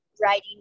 writing